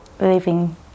living